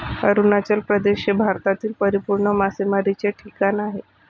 अरुणाचल प्रदेश हे भारतातील परिपूर्ण मासेमारीचे ठिकाण आहे